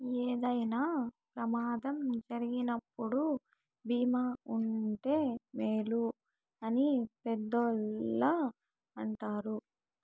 ఏదైనా ప్రమాదం జరిగినప్పుడు భీమా ఉంటే మేలు అని పెద్దోళ్ళు అంటారు